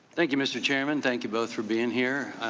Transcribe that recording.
thank you, mr. chairman. thank you both for being here.